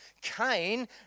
Cain